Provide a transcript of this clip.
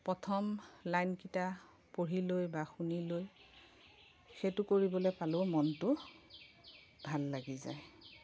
প্ৰথম লাইনকিটা পঢ়ি লৈ বা শুনিলৈ সেইটো কৰিবলৈ পালেও মনটো ভাল লাগি যায়